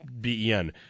B-E-N